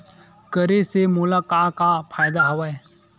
करे से मोला का का फ़ायदा हवय?